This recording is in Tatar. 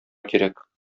кирәк